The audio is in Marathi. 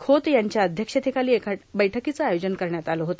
खोत यांच्या अध्यक्षतेखालां एका बैठकांचे आयोजन करण्यात आले होते